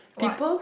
what